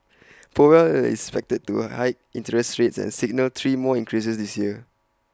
powell is expected to hike interest rates and signal three more increases this year